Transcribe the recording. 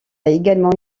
également